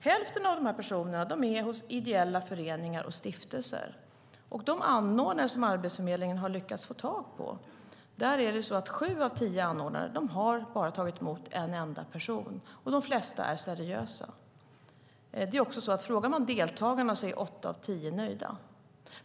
Hälften av dessa personer är hos ideella föreningar och stiftelser. Sju av tio anordnare som Arbetsförmedlingen har lyckats få tag på har bara tagit emot en enda person, och de flesta är seriösa. Åtta av tio deltagare är nöjda.